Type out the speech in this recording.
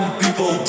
people